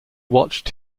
watched